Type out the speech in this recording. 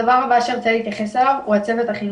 --- הדבר הבא שארצה להתייחס אליו הוא הצוות החינוכי.